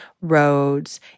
roads